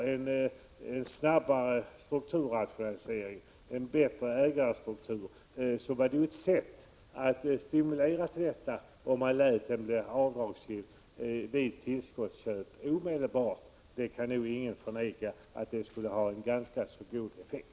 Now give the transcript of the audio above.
Men om man lät lantmäterikostnaderna bli avdragsgilla omedelbart vid tillskottsköp skulle det stimulera till en snabbare strukturrationalisering, en bättre ägarstruktur. Jag tror inte någon kan förneka att det skulle ha en ganska så god effekt.